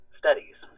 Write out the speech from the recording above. studies